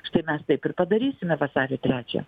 štai mes taip ir padarysime vasario trečią